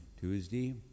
Tuesday